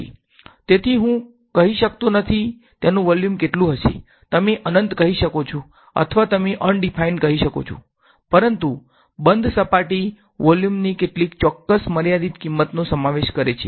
તેથી હું કહી શકતો નથી તેનુ વોલ્યુમ કુટલુ હશે તમે અનંત કહી શકો છો અથવા તમે અનડીફાઈન કહી શકો છો પરંતુ બંધ સપાટી વોલ્યુમની ચોક્કસ મર્યાદિત કિંમતનો સમાવેશ કરે છે